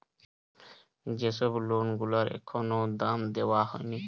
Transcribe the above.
যে সব লোন গুলার এখনো দাম দেওয়া হয়নি